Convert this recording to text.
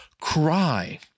Cry